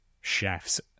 chefs